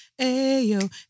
Ayo